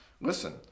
Listen